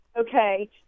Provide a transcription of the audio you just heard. okay